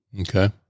Okay